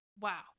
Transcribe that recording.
wow